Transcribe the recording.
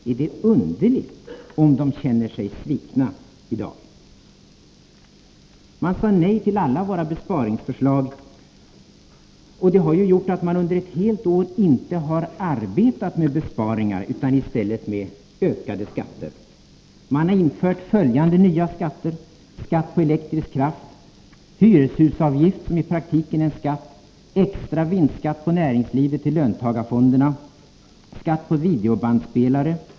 Är det underligt om de känner sig svikna i dag? Man sade nej till alla våra besparingsförslag, och det har gjort att man under ett helt år inte har arbetat med besparingar utan i stället med ökade skatter. Man har infört följande nya skatter: Skatt på elektrisk kraft, hyreshusavgift — som i praktiken är en skatt —, extra vinstskatt på näringslivet till löntagarfonderna och skatt på videobandspelare.